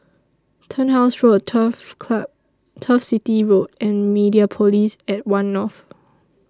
Turnhouse Road Turf corn Turf City Road and Mediapolis At one North